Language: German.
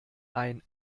ein